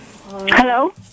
Hello